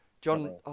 John